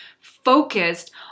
Focused